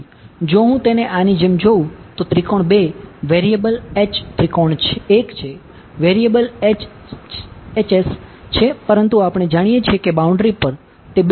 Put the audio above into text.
તેથી જો હું તેને આની જેમ જોઉં તો ત્રિકોણ 2 વેરીએબલ H ત્રિકોણ 1 છે વેરીએબલ છે પરંતુ આપણે જાણીએ છીએ કે બાઉન્ડ્રી નો છે